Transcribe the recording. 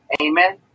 Amen